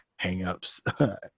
hangups